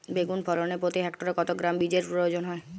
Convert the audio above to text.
বেগুন ফলনে প্রতি হেক্টরে কত গ্রাম বীজের প্রয়োজন হয়?